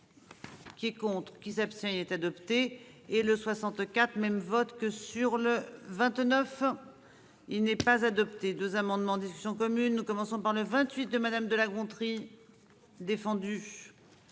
Qui contre qui s'abstient il est adopté et le 64 même votre que sur le 29. Il n'est pas adopté 2 amendements en discussion commune. Nous commençons par le 28 de madame de La Gontrie. Défendu.